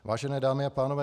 Vážené dámy a pánové.